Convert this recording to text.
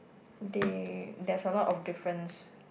they there's a lot of difference